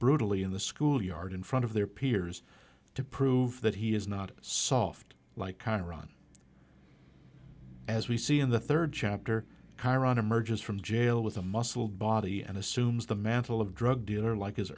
brutally in the schoolyard in front of their peers to prove that he is not soft like connor on as we see in the third chapter kyron emerges from jail with a muscled body and assumes the mantle of drug dealer like his